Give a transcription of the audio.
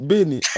Benny